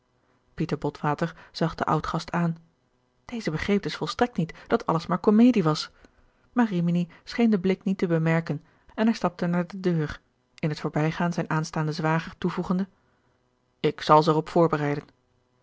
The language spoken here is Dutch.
pieter botwater zag den oudgast aan deze begreep dus volstrekt niet dat alles maar komedie was maar rimini scheen den blik niet te bemerken en hij stapte naar de deur in het voorbijgaan zijn aanstaanden zwager toevoegende ik zal ze er op voorbereiden